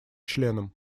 членам